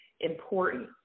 important